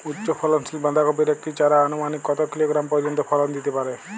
উচ্চ ফলনশীল বাঁধাকপির একটি চারা আনুমানিক কত কিলোগ্রাম পর্যন্ত ফলন দিতে পারে?